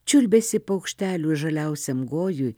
čiulbesį paukštelių žaliausiam gojuj